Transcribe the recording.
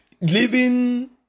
Living